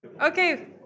Okay